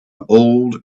old